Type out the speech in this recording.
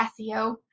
SEO